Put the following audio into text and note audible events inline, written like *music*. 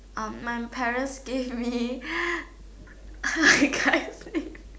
um my parents give me *breath* *noise* I can't say